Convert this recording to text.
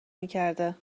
میکرده